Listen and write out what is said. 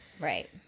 Right